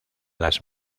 las